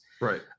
Right